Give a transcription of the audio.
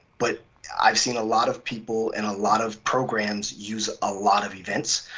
but i've seen a lot of people and a lot of programs use a lot of events.